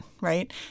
Right